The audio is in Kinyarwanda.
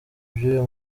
by’uyu